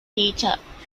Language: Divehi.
ޓީޗަރ